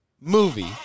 movie